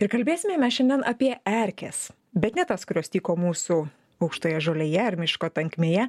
ir kalbėsime mes šiandien apie erkes bet ne tas kurios tyko mūsų aukštoje žolėje ar miško tankmėje